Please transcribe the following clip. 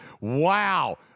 Wow